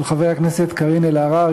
של חברי הכנסת קארין אלהרר,